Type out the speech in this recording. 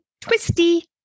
twisty